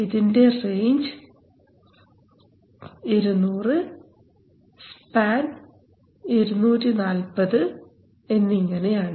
ഇതിൻറെ range 200 span 240 എന്നിങ്ങനെയാണ്